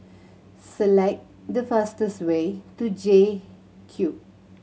select the fastest way to J Cube